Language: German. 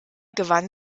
gewann